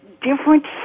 different